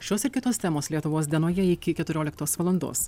šios ir kitos temos lietuvos dienoje iki keturioliktos valandos